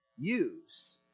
use